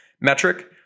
metric